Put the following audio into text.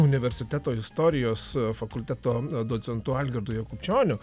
universiteto istorijos fakulteto docentu algirdu jakubčioniu